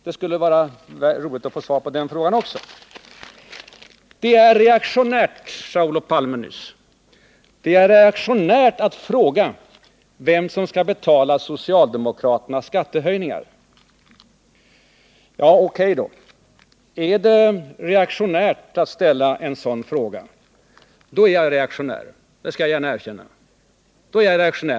Det skulle vara roligt att få svar på den frågan också. Det är reaktionärt, sade Olof Palme nyss, att fråga vem som skall betala socialdemokraternas skattehöjningar. O. K. då: Ärdet reaktionärt att ställa en sådan fråga, då är jag reaktionär — det skall jag gärna erkänna.